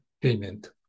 payment